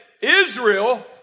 Israel